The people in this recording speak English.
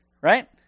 right